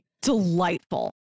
delightful